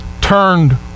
turned